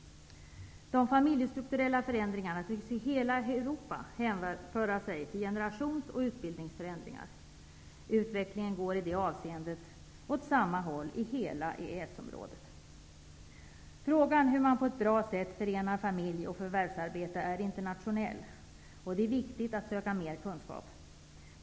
De familjestrukturella förändringarna tycks i hela Europa hänföras till generations och utbildningsförändringar. Utvecklingen går i det avseendet åt samma håll i hela EES-området. Frågan hur man på ett bra sätt förenar familj och förvärvsarbete är internationell, och det är viktigt att söka mer kunskap.